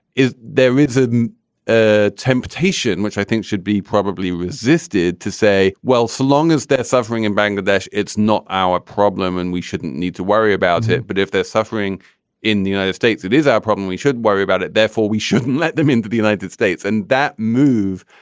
is there is it and a temptation, which i think should be probably resisted to say, well, so long as they're suffering in bangladesh, it's not our problem and we shouldn't need to worry about it. but if they're suffering in the united states, it is our problem. we should worry about it. therefore, we shouldn't let them into the united states. and that move.